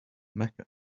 mecca